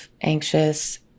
anxious